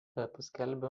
paskelbė